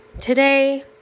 Today